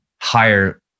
higher